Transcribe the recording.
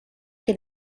che